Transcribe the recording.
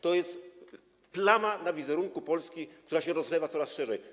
To jest plama na wizerunku Polski, która rozlewa się coraz szerzej.